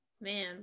Man